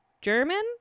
German